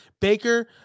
Baker